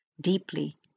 deeply